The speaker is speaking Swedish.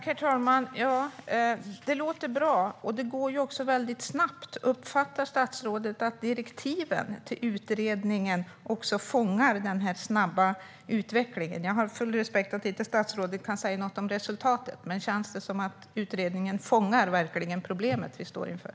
Herr talman! Det låter bra, och det går också väldigt snabbt. Uppfattar statsrådet att direktiven till utredningen fångar denna snabba utveckling? Jag har full respekt för att statsrådet inte kan säga något om resultatet, men känns det som att utredningen fångar problemet vi står inför?